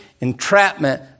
entrapment